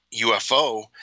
UFO